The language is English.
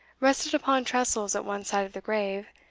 rested upon tressels at one side of the grave,